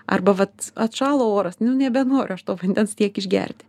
arba vat atšalo oras nu nebenoriu aš to vandens tiek išgerti